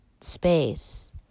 space